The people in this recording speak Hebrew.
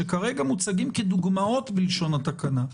שכרגע מוצגים כדוגמאות בלשון התקנה,